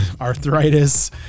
arthritis